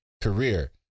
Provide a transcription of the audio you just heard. career